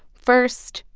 first,